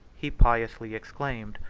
he piously exclaimed,